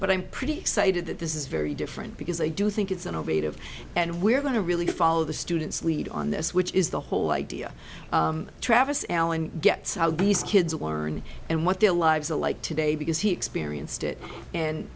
but i'm pretty excited that this is very different because they do think it's on a radio and we're going to really follow the students lead on this which is the whole idea travis allen gets out these kids learn and what their lives are like today because he experienced it and